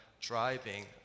driving